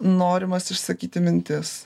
norimas išsakyti mintis